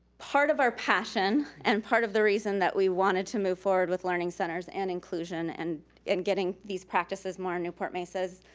part of our passion and part of the reason that we wanted to move forward with learning centers and inclusion and and getting these practices more in newport-mesas,